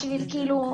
בשביל כאילו,